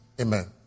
Amen